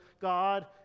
God